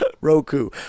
Roku